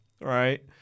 right